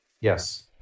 yes